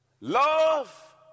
Love